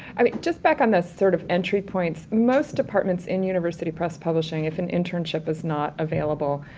i mean, just back on the sort of entry points, most departments in university press publishing, if an internship is not available,